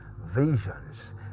Visions